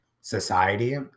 society